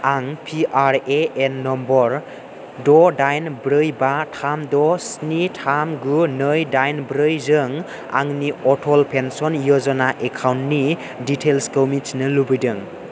आं PRAN number द' दाइन ब्रै बा थाम द' स्नि थाम गु नै दाइन ब्रैजों आंनि अटल पेन्सन य'जना एकाउन्टनि डिटेइल्सखौ मिथिनो लुबैदों